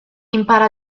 impara